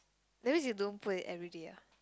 that means you don't put it everyday ah